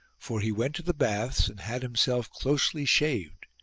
for he went to the baths and had himself closely shaved,